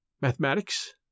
Mathematics